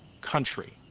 Country